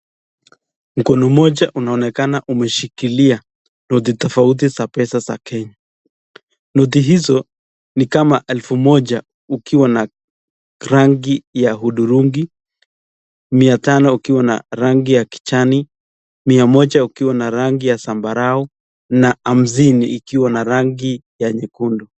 Mkono moja unaonekana umeshikilia noti tofauti za pesa za Kenya. Noti hizo ni kama elfu moja ukiwa na rangi ya hudhurungi, mia tano ukiwa na rangia ya kijani, mia moja ukiwa na rangi ya zambarau na hamsini ikiwa na rangi ya nyekundu.